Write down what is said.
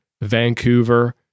Vancouver